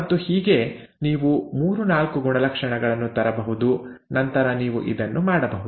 ಮತ್ತು ಹೀಗೆ ನೀವು ಮೂರು ನಾಲ್ಕು ಗುಣಲಕ್ಷಣಗಳನ್ನು ತರಬಹುದು ನಂತರ ನೀವು ಇದನ್ನು ಮಾಡಬಹುದು